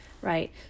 right